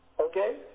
okay